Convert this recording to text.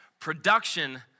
production